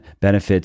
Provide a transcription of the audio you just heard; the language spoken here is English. benefits